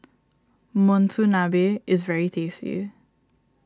Monsunabe is very tasty